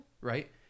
Right